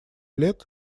лет